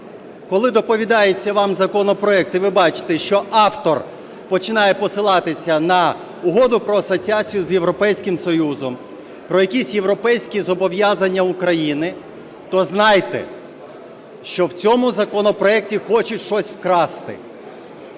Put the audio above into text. Коли доповідається вам законопроект і ви бачите, що автор починає посилатися на Угоду про асоціацію з Європейським Союзом, про якісь європейські зобов'язання України, то знайте, що в цьому законопроекті хочуть щось вкрасти.